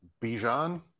Bijan